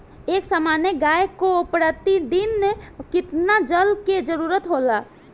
एक सामान्य गाय को प्रतिदिन कितना जल के जरुरत होला?